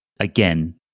again